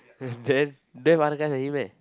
then don't have other guys already meh